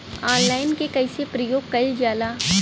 Online के कइसे प्रयोग कइल जाला?